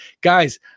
guys